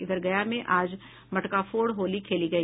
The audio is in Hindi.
इधर गया में आज मटका फोड़ होली खेली गई